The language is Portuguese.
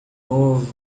novo